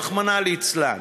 רחמנא ליצלן.